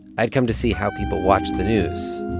i'd come to see how people watch the news.